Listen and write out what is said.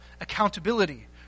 accountability